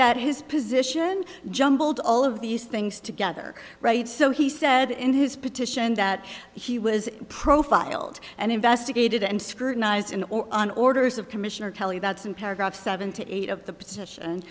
that his position jumbled all of these things together right so he said in his petition that he was profiled and investigated and scrutinized in or on orders of commissioner kelly that's an paragraph seventy eight of the position